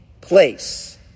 place